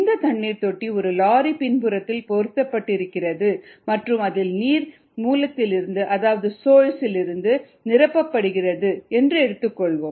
இந்த தண்ணீர் தொட்டி ஒரு லாரியின் பின்புறத்தில் பொருத்தப்பட்டிருக்கிறது மற்றும் அதில் நீர் மூலத்திலிருந்து அதாவது சோர்ஸ் இலிருந்து நீர் நிரப்பப்படுகிறது என்று எடுத்துக்கொள்வோம்